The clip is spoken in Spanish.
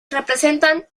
representan